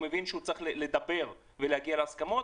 הוא מבין שהוא צריך לדבר ולהגיע להסכמות,